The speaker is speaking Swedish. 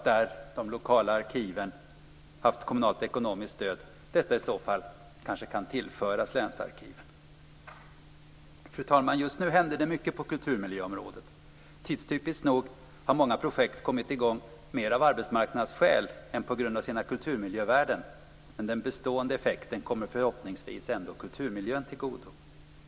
Där de lokala arkiven haft kommunalt ekonomiskt stöd borde detta i så fall kunna tillföras länsarkiven. Fru talman! Just nu händer det mycket på kulturmiljöområdet. Tidstypiskt nog har många projekt kommit i gång mer av arbetsmarknadsskäl än på grund av sina kulturmiljövärden, men den bestående effekten kommer förhoppningsvis ändå kulturmiljön tillgodo.